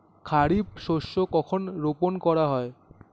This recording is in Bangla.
খারিফ শস্য কখন রোপন করা হয়?